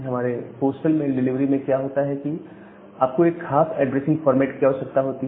हमारे postal mail delivery में क्या होता है कि आपको एक खास ऐड्रेसिंग फॉर्मेट की आवश्यकता होती है